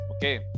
okay